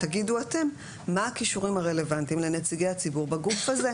תגידו אתם מה הכישורים הרלוונטיים לנציגי הציבור בגוף הזה,